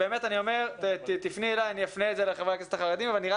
הייתי מעלה אותה לפני שעה אם הייתי יודע